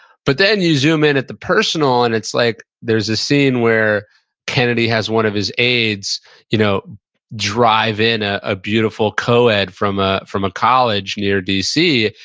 but then you zoom in at the personal, and it's like, there's a scene where kennedy has one of his aides you know drive in ah a beautiful co-ed from ah from a college near d c,